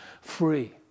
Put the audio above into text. free